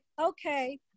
okay